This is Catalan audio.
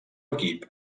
equip